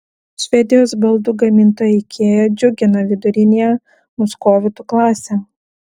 švedijos baldų gamintoja ikea džiugina viduriniąją muskovitų klasę